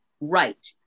Right